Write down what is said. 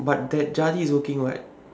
but that charlie is working [what]